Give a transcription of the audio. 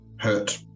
hurt